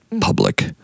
public